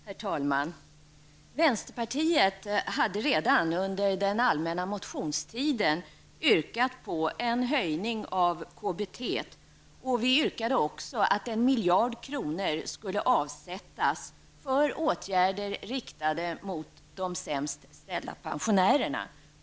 Herr talman! Vänsterpartiet hade redan under den allmänna motionstiden yrkat på en höjning av KBV. Vi yrkade också att 1 miljard kronor skulle avsättas för åtgärder riktade till de sämst ställda pensionärerna.